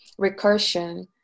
recursion